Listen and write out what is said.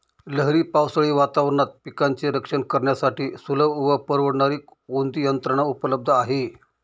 लहरी पावसाळी वातावरणात पिकांचे रक्षण करण्यासाठी सुलभ व परवडणारी कोणती यंत्रणा उपलब्ध आहे?